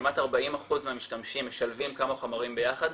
כמעט 40% מהמשתמשים משלבים כמה חומרים ביחד,